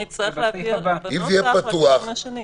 נצטרך להבהיר בנוסח לכיוון השני.